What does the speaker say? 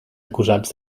acusats